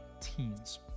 teens